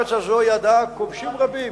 שהארץ הזאת ידעה כובשים רבים.